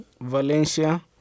Valencia